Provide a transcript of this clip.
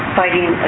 fighting